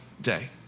day